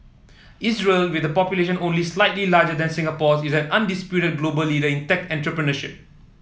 Israel with a population only slightly larger than Singapore is an undisputed global leader in tech entrepreneurship